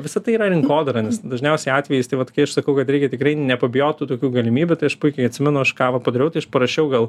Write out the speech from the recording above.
visa tai yra rinkodara nes dažniausiai atvejis tai vat kai aš sakau kad reikia tikrai nepabijot tų tokių galimybių tai aš puikiai atsimenu aš ka vą padariau parašiau gal